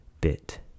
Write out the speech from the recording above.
bit